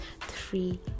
three